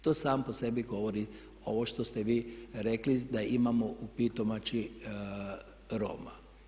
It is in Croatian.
To samo po sebi govori ovo što ste vi rekli da imamo u Pitomači Roma.